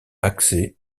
accès